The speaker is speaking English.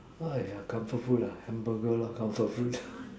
!aiya! comfort food ah hamburger lah comfort food